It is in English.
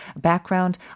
background